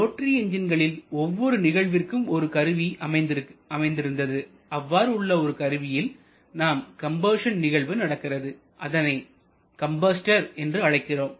rotary என்ஜின்களில் ஒவ்வொரு நிகழ்விற்கும் ஒரு கருவி அமைந்திருந்தது அவ்வாறு உள்ள ஒரு கருவியில் நமது கம்பஷன் நிகழ்வு நடக்கிறது அதனை கம்பஸ்டர் என்று அழைக்கிறோம்